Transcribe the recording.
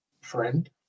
friend